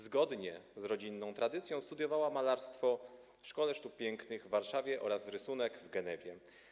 Zgodnie z rodzinną tradycją studiowała malarstwo w Szkole Sztuk Pięknych w Warszawie oraz rysunek w Genewie.